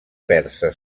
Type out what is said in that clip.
persa